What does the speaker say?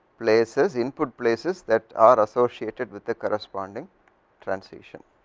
places, input places that are associated with the corresponding transition